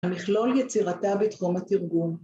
המכלול יצירתה בתחום התרגום